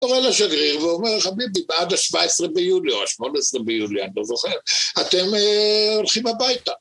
‫הוא קורא לשגריר ואומר: חביבי, בעד ה-17 ביולי או ה-18 ביולי, ‫אני לא זוכר, אתם הולכים הביתה.